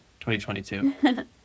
2022